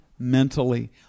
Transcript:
mentally